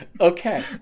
Okay